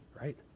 right